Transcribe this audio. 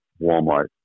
Walmart